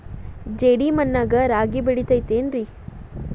ಜೇಡಿ ಮಣ್ಣಾಗ ರಾಗಿ ಬೆಳಿತೈತೇನ್ರಿ?